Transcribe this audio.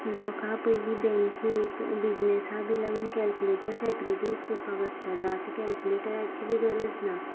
लोकां पयलीं बँकीक बिझनसा बी लागून कॅलकुलेटर सॅपरेट यूज करपा पडटालो आतां कॅलकुलेटराची बी गरज ना